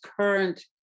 current